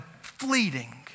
fleeting